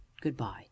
good-bye